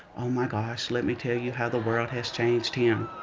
oh my gosh, let me tell you how the world has changed him.